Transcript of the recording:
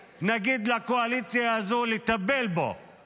נאום חדש, יאללה, שלא מכירים, אם אפשר.